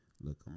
Look